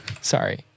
Sorry